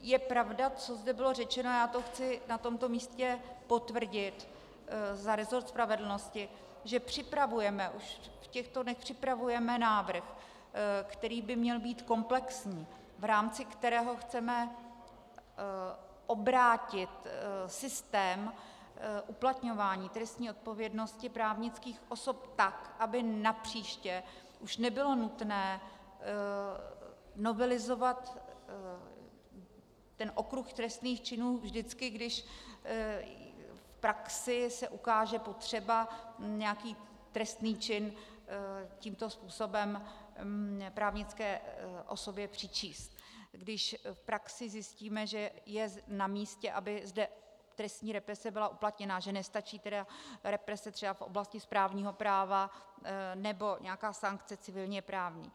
Je pravda, co zde bylo řečeno, já to chci na tomto místě potvrdit za resort spravedlnosti, že připravujeme, už v těchto dnech připravujeme návrh, který by měl být komplexní, v rámci kterého chceme obrátit systém uplatňování trestní odpovědnosti právnických osob tak, aby napříště už nebylo nutné novelizovat okruh trestných činů vždycky, když se v praxi ukáže potřeba nějaký trestný čin tímto způsobem právnické osobě přičíst, když v praxi zjistíme, že je namístě, aby zde trestní represe byla uplatněna, že nestačí represe třeba v oblasti správního práva nebo nějaká sankce civilněprávní.